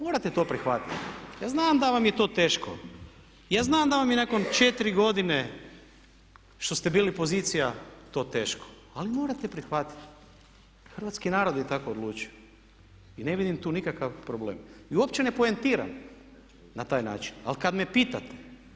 Morate to prihvatiti jer znam da vam je to teško, ja znam da vam je nakon 4 godine što ste bili pozicija to teško ali morate prihvatiti, Hrvatski narod je tako odlučio i ne vidim tu nikakav problem i uopće ne poentiram na taj način ali kad me pitate.